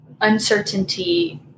uncertainty